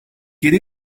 yedi